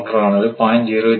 01 ஆனது 0